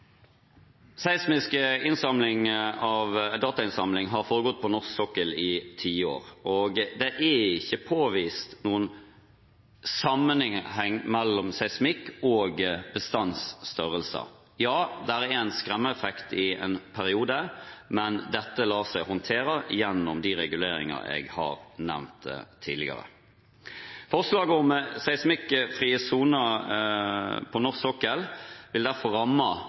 datainnsamling har foregått på norsk sokkel i tiår, og det er ikke påvist noen sammenheng mellom seismikk og bestandsstørrelser. Ja, det er en skremmeeffekt i en periode, men dette lar seg håndtere gjennom de reguleringer jeg har nevnt tidligere. Forslaget om seismikkfrie soner på norsk sokkel vil derfor i ytterste konsekvens ramme